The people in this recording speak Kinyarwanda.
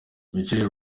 michel